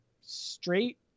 straight